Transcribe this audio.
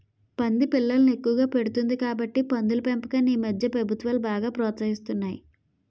పంది పిల్లల్ని ఎక్కువగా పెడుతుంది కాబట్టి పందుల పెంపకాన్ని ఈమధ్య ప్రభుత్వాలు బాగా ప్రోత్సహిస్తున్నాయి